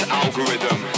algorithm